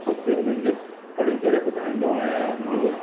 ख़ुदि बि उन्हनि खे पढ़ी करे ॿुधाईंदो आहियां न्यूज़